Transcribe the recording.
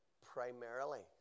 primarily